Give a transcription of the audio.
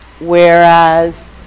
whereas